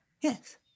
Yes